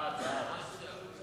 ההצעה להעביר את הנושא